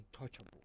untouchable